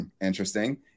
Interesting